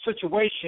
situation